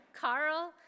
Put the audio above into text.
Carl